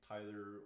Tyler